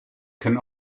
can